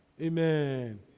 Amen